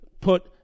put